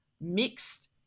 mixed